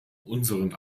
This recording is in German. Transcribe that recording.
unseren